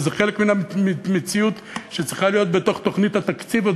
אבל זה חלק מן המציאות שצריכה להיות בתוך תוכנית התקציב,